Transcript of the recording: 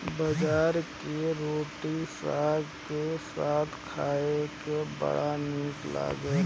बजरा के रोटी साग के साथे खाए में बड़ा निमन लागेला